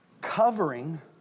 Covering